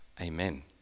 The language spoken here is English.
Amen